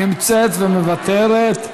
נמצאת ומוותרת.